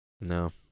No